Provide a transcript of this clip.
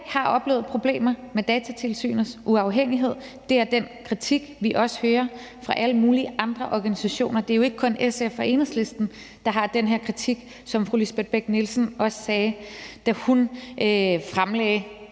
har oplevet problemer med Datatilsynets uafhængighed. Det er den kritik, vi også hører fra alle mulige andre organisationer. Det er jo ikke kun SF og Enhedslisten, der har den her kritik, som fru Lisbeth Bech-Nielsen også sagde, da hun fremlagde,